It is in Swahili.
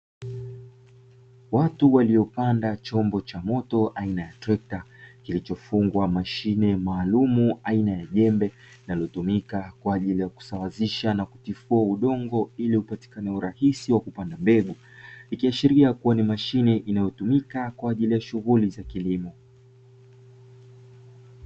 Watu waliopanda chombo cha moto aina ya trekta, kilichofungwa mashine maalumu aina ya jembe. Linalotumika kwa ajili ya kusawazisha na kutifua udongo, ili upatikane urahisi wa kupanda mbegu. Ikiashiria kuwa ni mashine inayotumika kwa ajili ya shughuli za kilimo.